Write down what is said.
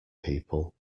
people